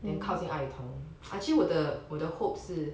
then 靠近爱同 actually 我的我的 hope 是